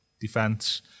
defence